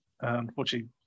Unfortunately